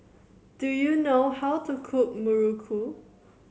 do you know how to cook muruku